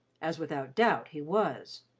as without doubt he was.